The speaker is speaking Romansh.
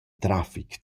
trafic